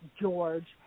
George